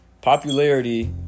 popularity